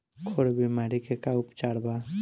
खुर बीमारी के का उपचार बा?